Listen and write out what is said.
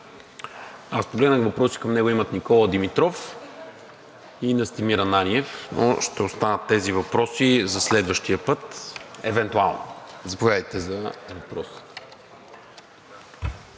Към него въпроси имат Никола Димитров и Настимир Ананиев, но ще останат тези въпроси за следващия път, евентуално. Заповядайте за въпрос.